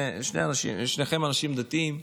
שניכם אנשים דתיים,